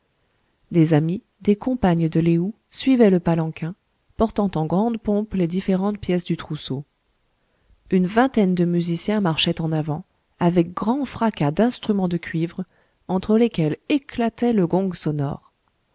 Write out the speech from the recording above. des amies des compagnes de lé ou suivaient le palanquin portant en grande pompe les différentes pièces du trousseau une vingtaine de musiciens marchaient en avant avec grand fracas d'instruments de cuivre entre lesquels éclatait le gong sonore